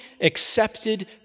accepted